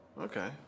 Okay